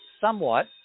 somewhat